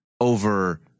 over